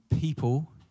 people